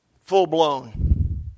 full-blown